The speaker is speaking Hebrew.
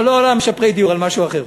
לא, לא על משפרי דיור, על משהו אחר.